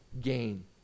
gain